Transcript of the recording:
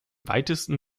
weitesten